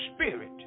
spirit